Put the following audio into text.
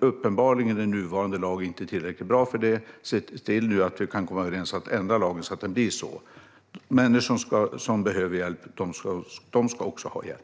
Uppenbarligen är nuvarande lag inte tillräckligt bra för det, och då ska vi se till att komma överens om att ändra lagen så att den blir det. Människor som behöver hjälp ska också ha hjälp.